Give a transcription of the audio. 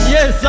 Yes